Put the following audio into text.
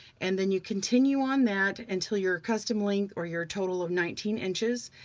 and then you continue on that until your custom length or you're a total of nineteen inches.